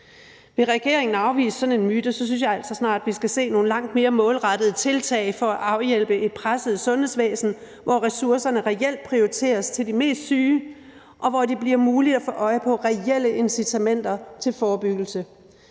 Vil regeringen afvise sådan en myte, synes jeg altså, at vi snart skal se nogle langt mere målrettede tiltag for at afhjælpe et presset sundhedsvæsen, hvor ressourcerne reelt prioriteres til de mest syge, og hvor det bliver muligt at få øje på reelle incitamenter til forebyggelse.